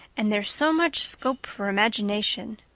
and there's so much scope for imagination.